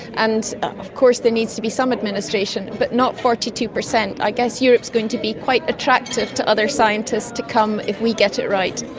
and of course there needs to be some administration but not forty two percent. i guess europe is going to be quite attractive to other scientists to come if we get it right.